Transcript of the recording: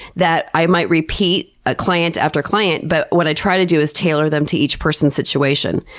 that i might repeat ah client after client, but what i try to do is tailor them to each person's situation.